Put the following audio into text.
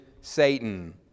Satan